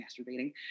masturbating